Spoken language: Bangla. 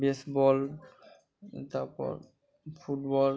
বেসবল তারপর ফুটবল